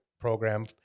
program